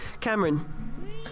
Cameron